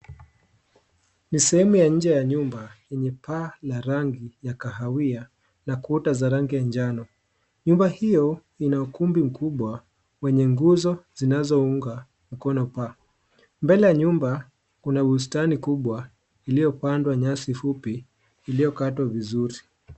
Ni sehemu ya nje ya nyumba yenye paa la rangi ya kahawia na kuta za rangi ya njano. Nyumba hiyo ina ukumbi mkubwa wenye guzo zinazounga mkono paa. Mbele ya nyumba kuna ustani kubwa iliopandwa nyasi fupi iliokatwa vizuri.